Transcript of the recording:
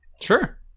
sure